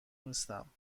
نیستم